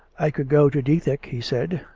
i could go to dethick, he said.